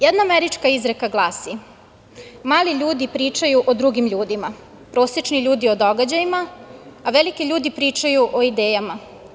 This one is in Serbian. Jedna američka izreka glasi: „Mali ljudi pričaju o drugim ljudima, prosečni ljudi o događajima, a veliki ljudi pričaju o idejama“